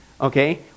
Okay